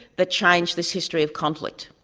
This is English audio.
that changed this history of conflict.